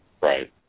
Right